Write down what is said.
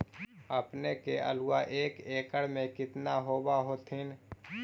अपने के आलुआ एक एकड़ मे कितना होब होत्थिन?